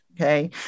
Okay